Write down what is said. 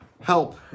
help